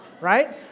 right